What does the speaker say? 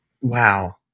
Wow